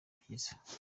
byiza